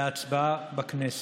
להצבעה בכנסת.